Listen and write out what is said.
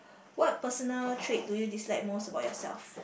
what personal trait do you dislike most about yourself